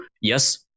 yes